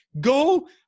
Go